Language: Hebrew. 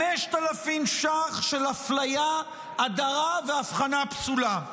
5,000 ש"ח של אפליה, הדרה והבחנה פסולה.